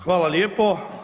Hvala lijepo.